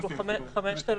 5,000 אנשים.